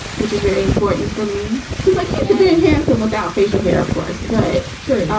which is very important for me because, like, he's very handsome without facial hair, of course but sure,